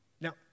Now